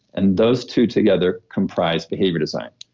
and those two together comprise behavior design.